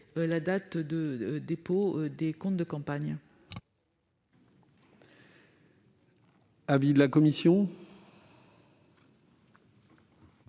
la date de dépôt des comptes de campagne.